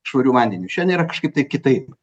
švariu vandeniu šiandien yra kažkaip tai kitaip